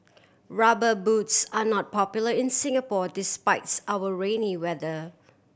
Rubber Boots are not popular in Singapore despites our rainy weather